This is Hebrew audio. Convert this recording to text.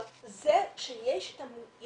אבל זה שיש את הנסתר,